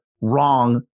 wrong